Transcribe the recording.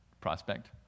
prospect